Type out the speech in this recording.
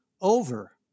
over